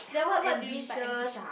then what what do you mean by ambitious